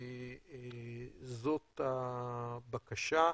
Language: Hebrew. זאת הבקשה.